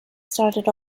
started